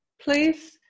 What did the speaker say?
please